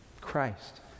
Christ